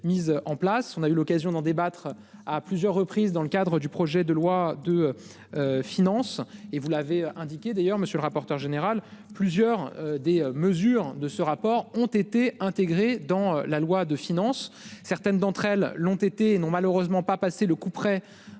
on a eu l'occasion d'en débattre à plusieurs reprises dans le cadre du projet de loi de. Finances et vous l'avez indiqué d'ailleurs monsieur le rapporteur général plusieurs des mesures de ce rapport ont été intégrées dans la loi de finances. Certaines d'entre elles l'ont été. Non, malheureusement pas passer le couperet.